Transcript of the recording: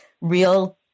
real